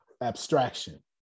Abstraction